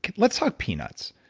but let's talk peanuts,